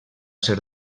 ser